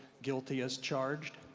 guilty as charged.